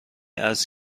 است